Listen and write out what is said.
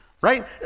Right